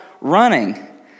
running